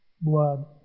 blood